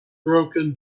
broken